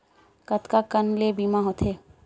कतका कन ले बीमा होथे?